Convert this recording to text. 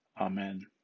Amen